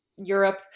Europe